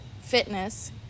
fitness